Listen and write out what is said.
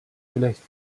vielleicht